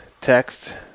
text